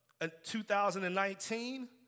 2019